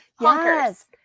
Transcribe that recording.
yes